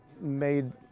made